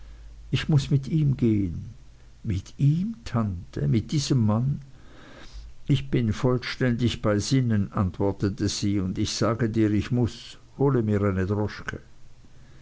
ich muß mit ihm gehen mit ihm tante mit diesem mann ich bin vollständig bei sinnen antwortete sie und ich sage dir ich muß hole mir eine droschke